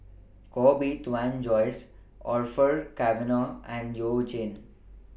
Koh Bee Tuan Joyce Orfeur Cavenagh and YOU Jin